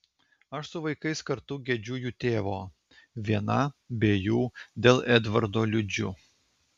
aš su vaikais kartu gedžiu jų tėvo viena be jų dėl edvardo liūdžiu